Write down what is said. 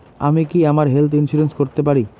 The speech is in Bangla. আমি কি আমার হেলথ ইন্সুরেন্স করতে পারি?